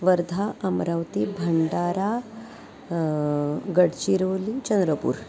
Wardha Amravati Bhandara Gadchiroli Chandrapur